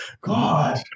god